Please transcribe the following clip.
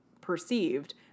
perceived